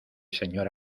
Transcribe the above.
señor